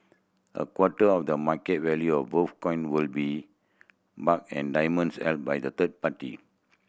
a quarter of the market value of both coin will be mark and diamonds held by the third party